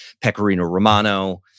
Pecorino-Romano